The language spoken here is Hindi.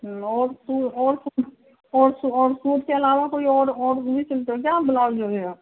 और सूट के आलावा कोई और और भी सिलते हैं क्या ब्लाउज़ वगैरह